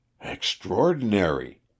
Extraordinary